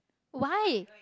why